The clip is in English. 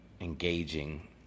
engaging